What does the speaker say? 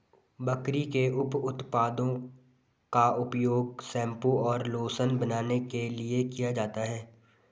बकरी के उप उत्पादों का उपयोग शैंपू और लोशन बनाने के लिए किया जाता है